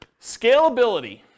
Scalability